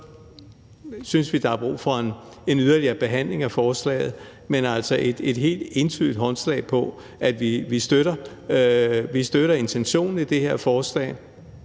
synes vi, der er brug for en yderligere behandling af forslaget, men vi giver altså et helt entydigt håndslag på, at vi støtter intentionen i det her forslag.